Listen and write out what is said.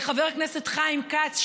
חבר הכנסת חיים כץ,